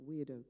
weirdo